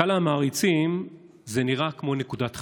לקהל המעריצים זה נראה כמו נקודת חן.